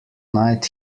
night